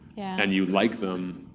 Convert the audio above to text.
and you like them,